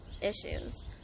issues